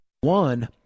one